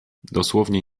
dosłownie